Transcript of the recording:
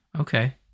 Okay